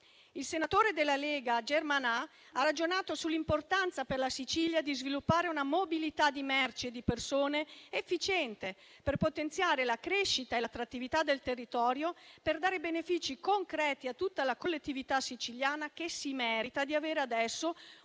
Il senatore della Lega, Germanà, ha ragionato sull'importanza per la Sicilia di sviluppare una mobilità di merci e di persone efficiente, per potenziare la crescita e l'attrattività del territorio, per dare benefici concreti a tutta la collettività siciliana, che si merita di avere adesso